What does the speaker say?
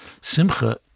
Simcha